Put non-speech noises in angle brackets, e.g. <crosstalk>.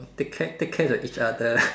take care take care of each other <laughs>